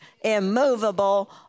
immovable